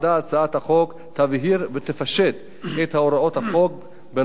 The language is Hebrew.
הצעת החוק תבהיר ותפשט את הוראות החוק בנוגע